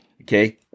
Okay